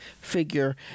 figure